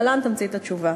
ולהלן תמצית התשובה: